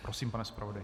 Prosím, pane zpravodaji.